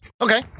Okay